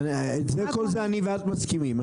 על כל זה את ואני מסכימים.